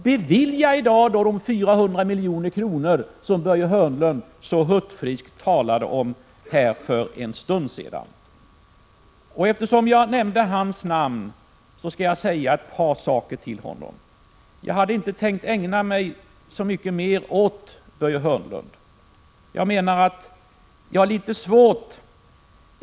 Bevilja i dag de 400 miljoner som Börje Hörnlund så hurtfriskt talade om här för en stund sedan! Eftersom jag nämnde hans namn skall jag säga ett par saker till Börje Hörnlund. Jag hade inte tänkt ägna mig så mycket mer åt Börje Hörnlund.